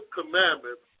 commandments